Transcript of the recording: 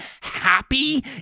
happy